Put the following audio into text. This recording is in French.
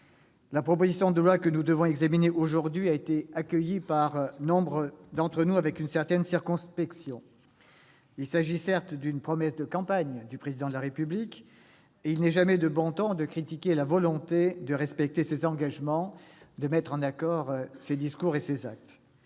la proposition de loi que nous avons à examiner aujourd'hui a été accueillie par nombre d'entre nous avec une certaine circonspection. Il s'agit, certes, d'une promesse de campagne du Président de la République et il n'est jamais de bon ton de critiquer la volonté de respecter ses engagements, de mettre en accord ses discours et ses actes.